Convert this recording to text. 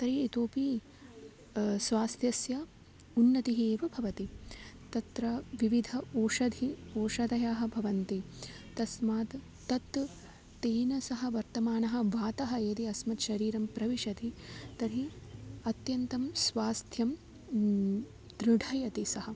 तर्हि इतोऽपि स्वास्थ्यस्य उन्नतिः एव भवति तत्र विविधाः ओषधयः ओषधयः भवन्ति तस्मात् तत् तेन सह वर्तमानः भावः यदि अस्मद् शरीरं प्रविशति तर्हि अत्यन्तं स्वास्थ्यं दृढयति सः